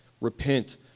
Repent